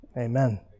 Amen